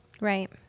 Right